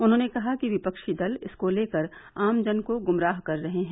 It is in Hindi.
उन्होंने कहा कि विपक्षी दल इसको लेकर आम जन को गुमराह कर रहे हैं